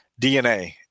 DNA